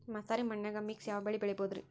ಮಸಾರಿ ಮಣ್ಣನ್ಯಾಗ ಮಿಕ್ಸ್ ಯಾವ ಬೆಳಿ ಬೆಳಿಬೊದ್ರೇ?